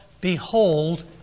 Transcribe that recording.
behold